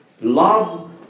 love